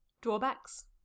Drawbacks